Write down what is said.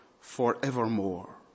forevermore